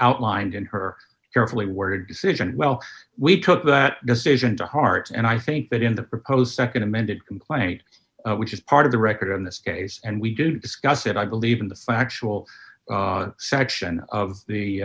outlined in her carefully worded decision well we took that decision to heart and i think that in the proposed nd amended complaint which is part of the record in this case and we did discuss it i believe in the factual section of the